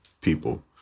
people